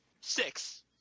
Six